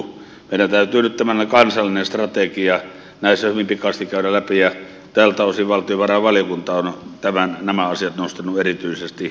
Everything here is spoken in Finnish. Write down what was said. meidän täytyy nyt tämmöinen kansallinen strategia näissä hyvin pikaisesti käydä läpi ja tältä osin valtiovarainvaliokunta on nämä asiat nostanut erityisesti esille